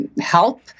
help